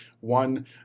one